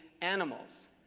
animals